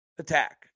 Attack